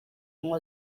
ngo